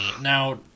Now